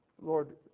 Lord